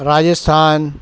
Rajasthan